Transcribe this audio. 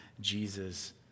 Jesus